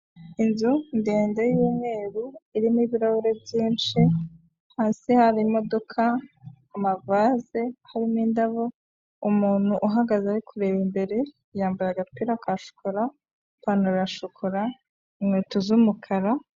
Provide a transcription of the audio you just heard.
Inzu ndende y'umweru irimo ibirahure byinshi, hasi hari imodoka, amavaze harimo indabo, umuntu uhagaze ari kureba imbere, yambaye agapira ka shokora, ipantaro ya shokora, inkweto z'umukara.